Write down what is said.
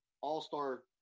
all-star